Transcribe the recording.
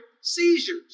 seizures